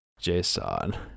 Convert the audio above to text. JSON